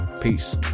Peace